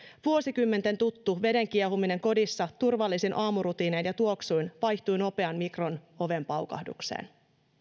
vuosikymmenten tuttu veden kiehuminen kodissa turvallisin aamurutiinein ja tuoksuin vaihtui nopeaan mikronoven paukahdukseen